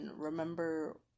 remember